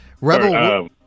Rebel